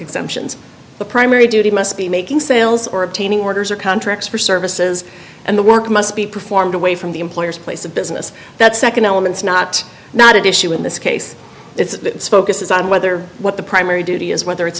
exemptions the primary duty must be making sales or obtaining orders or contracts for services and the work must be performed away from the employer's place of business that nd element is not not at issue in this case its focus is on whether what the primary duty is whether it's